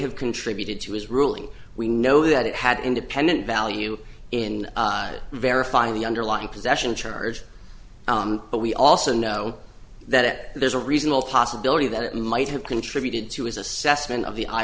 have contributed to his ruling we know that it had independent value in verifying the underlying possession charge but we also know that there's a reasonable possibility that it might have contributed to his assessment of the